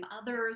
others